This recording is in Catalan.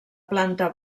planta